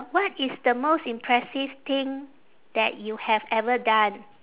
what is the most impressive thing that you have ever done